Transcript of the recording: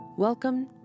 Welcome